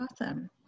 Awesome